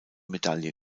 medaille